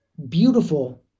beautiful